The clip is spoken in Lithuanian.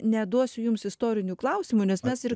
neduosiu jums istorinių klausimų nes mes ir